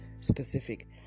specific